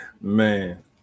Man